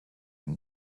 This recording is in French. une